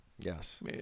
Yes